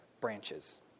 branches